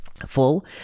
Full